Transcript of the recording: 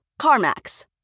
CarMax